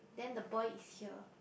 then the boy is here